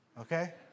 okay